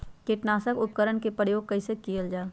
किटनाशक उपकरन का प्रयोग कइसे कियल जाल?